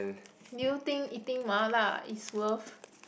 do you think eating Mala is worth